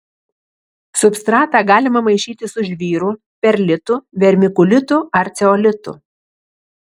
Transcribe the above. substratą galima maišyti su žvyru perlitu vermikulitu ar ceolitu